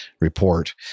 report